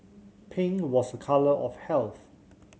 pink was a colour of health